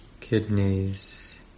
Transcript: Kidneys